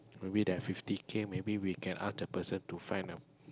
maybe that fifty K maybe we can ask the person to find a